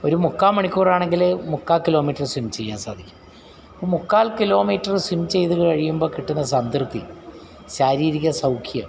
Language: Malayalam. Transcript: ഒരു മുക്കാൽ മണിക്കൂറാണെങ്കിൽ മുക്കാൽ കിലോമീറ്ററ് സ്വിം ചെയ്യാൻ സാധിക്കും അപ്പം മുക്കാൽ കിലോമീറ്ററ് സ്വിം ചെയ്ത് കഴിയുമ്പോൾ കിട്ടുന്ന സംതൃപ്തി ശാരീരിക സൗഖ്യം